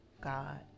God